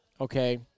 Okay